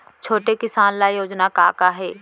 छोटे किसान ल योजना का का हे?